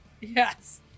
Yes